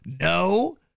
No